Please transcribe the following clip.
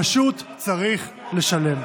פשוט צריך לשלם.